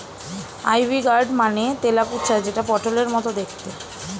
ivy gourd মানে তেলাকুচা যেটা পটলের মতো দেখতে